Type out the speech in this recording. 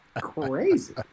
Crazy